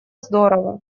здорово